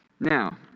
Now